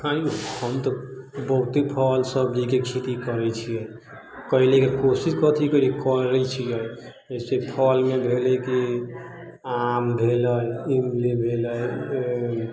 हम तऽ बहुते फल सब्जीके खेती करैत छियै करैके कोशिश कथी करैत छियै जैसे फलमे भेलै कि आम भेलै इमली भेलै